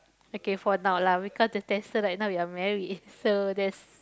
okay for now lah because the tester like now we are married so that's